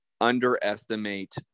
underestimate